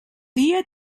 dia